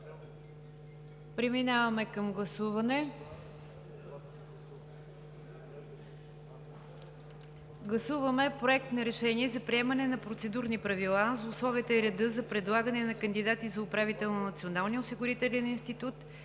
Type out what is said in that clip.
Преминаваме към гласуване.